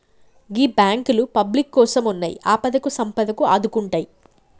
గీ బాంకులు పబ్లిక్ కోసమున్నయ్, ఆపదకు సంపదకు ఆదుకుంటయ్